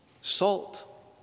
salt